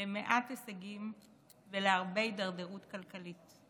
למעט הישגים ולהרבה הידרדרות כלכלית.